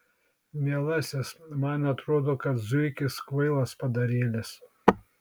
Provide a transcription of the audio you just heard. mielasis man atrodo kad zuikis kvailas padarėlis